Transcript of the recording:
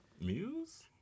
Muse